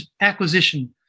acquisition